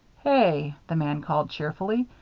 hey! the man called cheerfully.